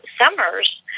summers